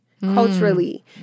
culturally